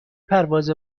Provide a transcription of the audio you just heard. پرواز